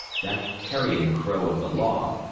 that carrion crow of the law,